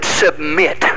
submit